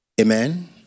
Amen